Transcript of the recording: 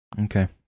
Okay